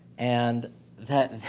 and that,